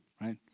right